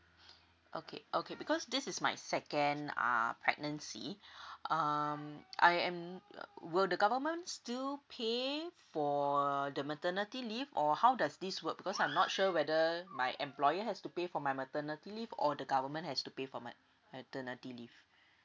okay okay because this is my second uh pregnancy um I am err will the government still pay for the maternity leave or how does this work because I'm not sure whether my employer has to pay for my maternity leave or the government has to pay for my maternity leave